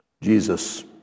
Jesus